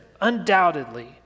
undoubtedly